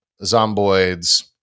zomboids